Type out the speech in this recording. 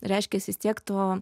reiškias vis tiek to